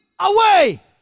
away